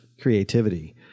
creativity